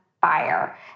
fire